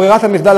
ברירת המחדל,